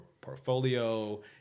portfolio